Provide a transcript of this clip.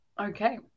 Okay